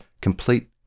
complete